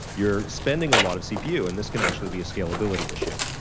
you're spending a lot of cpu and this can actually be a scalability issue.